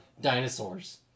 dinosaurs